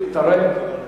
אתה רואה,